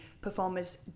performers